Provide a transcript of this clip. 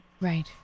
Right